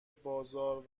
بازار